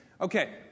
Okay